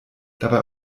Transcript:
dabei